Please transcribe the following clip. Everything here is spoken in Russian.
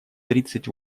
тридцать